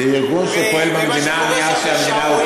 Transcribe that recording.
זה ארגון שפועל במדינה מאז שהמדינה הוקמה.